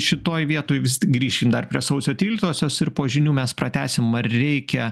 šitoj vietoj vistik grįšim dar prie sausio tryliktosios ir po žinių mes pratęsim ar reikia